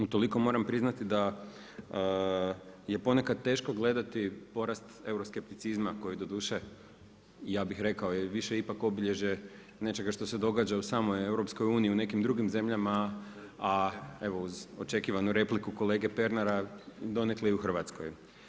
I toliko moram priznati, da je ponekad teško gledati porast europske … koje doduše, ja bih rekao, više je ipak obilježje nečega što se događa u samoj EU, u nekim drugim zemljama, a evo, uz očekivanu repliku, kolege Pernara donekle i u Hrvatskoj.